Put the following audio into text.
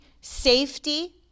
Safety